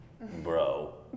bro